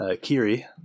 Kiri